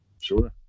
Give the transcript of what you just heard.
Sure